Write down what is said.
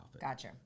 gotcha